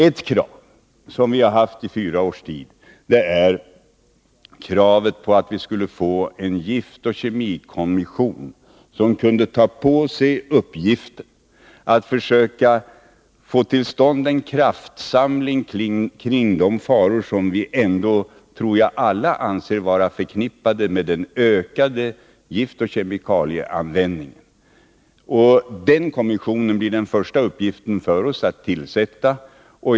Ett krav som vi har haft i fyra års tid är att vi skall få en giftoch kemikommission, som skulle ta på sig uppgiften att försöka få till stånd en kraftsamling kring de faror som jag tror att vi alla anser vara förknippade med den ökade giftoch kemikalieanvändningen. Att tillsätta den kommissionen blir den första uppgiften för oss.